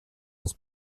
his